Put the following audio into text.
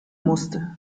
musste